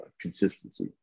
consistency